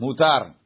Mutar